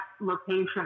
location